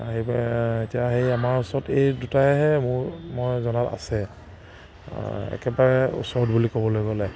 সেইবাবে এতিয়া সেই আমাৰ ওচৰত এই দুটাহে মোৰ মই জনাত আছে একেবাৰে ওচৰত বুলি ক'বলৈ গ'লে